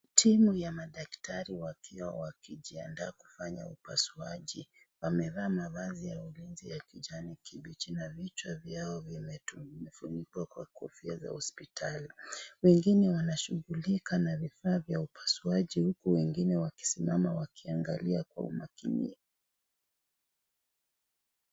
Timu ya madaktari wakiwa wakijiandaa kufanya upasuaji, wamevaa mavazi ya ulinzi ya kijani kibichi na vichwa vyao vimefunikwa kwa kofia za hospitali. Wengine wanashughulika na vifaa vya upasuaji huku wengine wakisimama wakiangalia kwa umakini.